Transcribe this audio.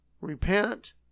Repent